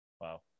Wow